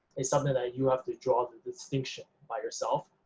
it's something that you have to draw the distinction by yourself.